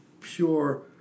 pure